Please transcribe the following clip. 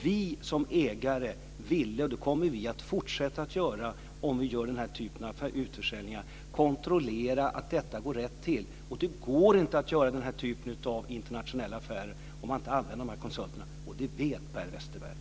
Vi som ägare ville - och det kommer vi att fortsätta att göra om vi gör den här typen av utförsäljningar - kontrollera att detta gick rätt till. Det går inte att göra den här typen av internationella affärer om man inte använder dessa konsulter, och det vet Per Westerberg.